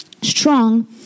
strong